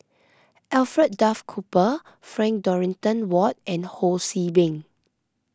Alfred Duff Cooper Frank Dorrington Ward and Ho See Beng